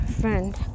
friend